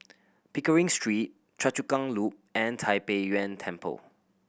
Pickering Street Choa Chu Kang Loop and Tai Pei Yuen Temple